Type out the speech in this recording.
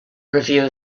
review